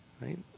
Right